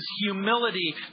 humility